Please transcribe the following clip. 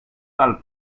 del